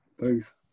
Thanks